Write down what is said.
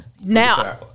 Now